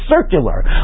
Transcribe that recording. circular